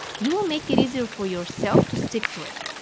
you will make it easier for yourself to stick to it.